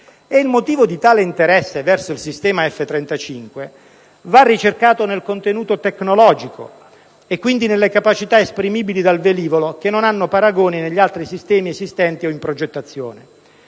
Il motivo di tale interesse verso il sistema F-35 va ricercato nel contenuto tecnologico e, quindi, nelle capacità esprimibili dal velivolo che non hanno paragoni negli altri sistemi esistenti o in progettazione.